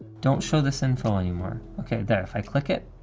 don't show this info anymore. okay, there, if i click it,